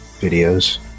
videos